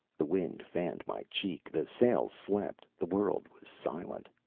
the wind fanned my cheek, the sails slept, the world was silent.